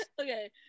Okay